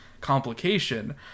complication